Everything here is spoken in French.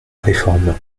réforme